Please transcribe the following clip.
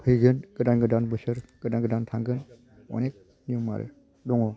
फैगोन गोदान गोदान बोसोर गोदान गोदान थांगोन अनेक नियम आरो दङ